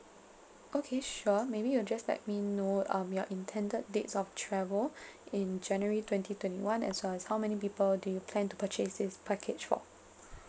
okay sure maybe you just let me know um your intended dates of travel in january twenty twenty one as well as how many people do you plan to purchase this package for